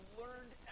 learned